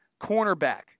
cornerback